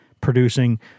producing